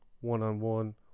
one-on-one